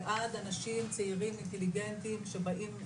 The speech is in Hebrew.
ועד אנשים צעירים אינטליגנטים שבאים,